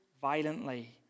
violently